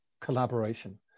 collaboration